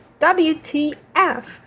WTF